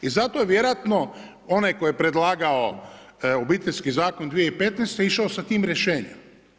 I zato je vjerojatno onaj tko je predlagao Obiteljski zakon 2015. išao sa tim rješenjem.